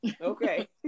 Okay